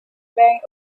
bank